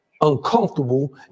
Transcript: uncomfortable